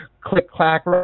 click-clack